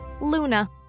Luna